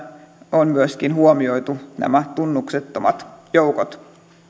on myöskin huomioitu nämä tunnuksettomat joukot